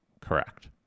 Correct